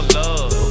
love